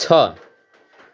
छ